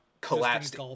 collapsed